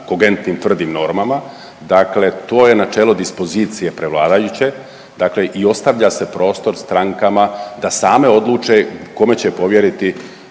kogentnim, tvrdim normama, dakle to je načelo dispozicije prevladajuće, dakle i ostavlja se prostor strankama da same odluče kome će povjeriti